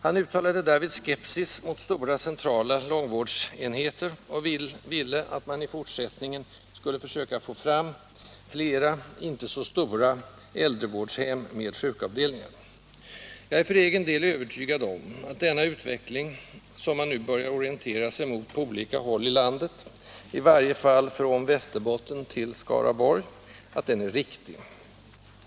Han uttalade därvid skepsis mot stora, centrala långvårdsenheter och ville att man i fortsättningen skulle försöka få fram flera inte så stora äldrevårdshem med sjukavdelningar. Jag är för egen del övertygad om att denna utveckling, som man nu börjar orientera sig mot på olika håll i landet — i varje fall från Västerbotten till Skaraborg — är riktig.